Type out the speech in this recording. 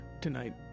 tonight